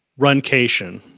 runcation